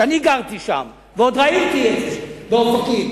ואני גרתי שם ועוד ראיתי את זה באופקים.